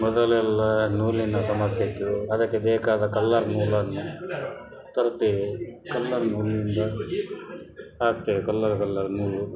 ಮೊದಲೆಲ್ಲ ನೂಲಿನ ಸಮಸ್ಯೆ ಇತ್ತು ಅದಕ್ಕೆ ಬೇಕಾದ ಕಲ್ಲರ್ ನೂಲನ್ನು ತರುತ್ತೇವೆ ಕಲ್ಲರ್ ನೂಲಿನಿಂದ ಹಾಕ್ತೇವೆ ಕಲ್ಲರ್ ಕಲ್ಲರ್ ನೂಲು